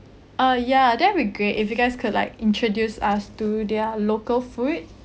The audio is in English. ah ya that'll be great if you guys could like introduce us to their local food